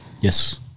Yes